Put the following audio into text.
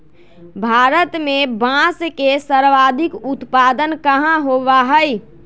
भारत में बांस के सर्वाधिक उत्पादन कहाँ होबा हई?